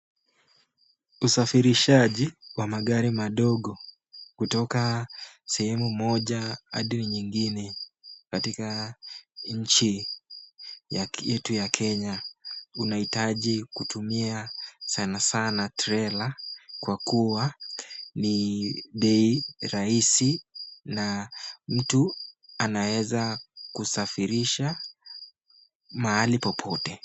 Usafirishaji wa magari madogo kutoka sehemu moja hadi nyingine. Katika nchi yetu ya kenya unahitaji kutumia sana san trela kwa kuwa ni bei rahisi na mtu anaweza kusafirisha mahali popote.